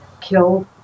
killed